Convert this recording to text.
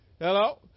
Hello